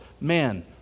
man